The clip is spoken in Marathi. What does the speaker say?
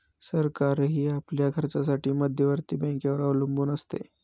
सरकारही आपल्या खर्चासाठी मध्यवर्ती बँकेवर अवलंबून असते